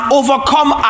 overcome